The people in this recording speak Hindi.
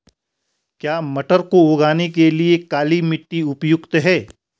क्या मटर को उगाने के लिए काली मिट्टी उपयुक्त है?